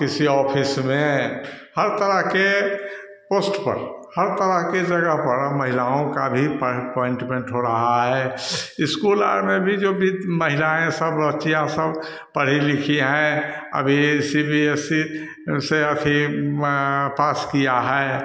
किसी ऑफिस में हर तरह के पोस्ट पर हर तरह के जगह पर अब महिलाओं का भी पॉइन्ट पॉइन्ट्मन्ट हो रहा है इस्कूल और में भी जो भित महिलाएँ सब बच्चियाँ सब पढ़ी लिखी हैं अभी सी बी एस सी से अथी पास किया है